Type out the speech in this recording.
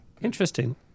Interesting